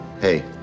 Hey